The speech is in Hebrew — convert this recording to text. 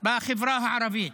בחברה הערבית.